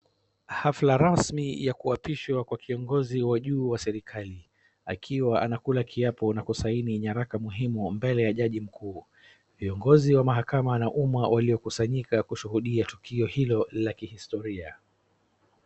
Hafla rasmi ya kuapishwa kwa kiongozi wa juu wa serikali. Akiwa anakula kiapo na kusaini nyaraka muhimu mbele ya jaji mkuu. Viongozi wa mahakama na umma waliokusanyika kushuhudia tukio hilo la kihistoria